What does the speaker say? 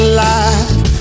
life